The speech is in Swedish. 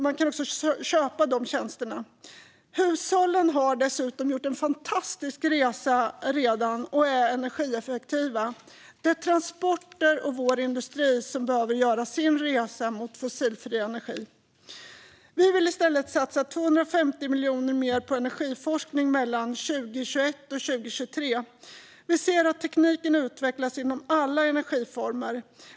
Man kan också köpa de tjänsterna. Hushållen har dessutom redan gjort en fantastisk resa och är energieffektiva. Det är transporter och vår industri som behöver göra sin resa mot fossilfri energi. Vi vill i stället satsa 250 miljoner mer på energiforskning mellan 2021 och 2023. Vi ser att tekniken utvecklas inom alla energiformer.